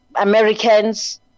Americans